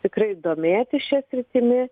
tikrai domėtis šia sritimi